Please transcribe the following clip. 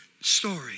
story